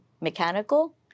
mechanical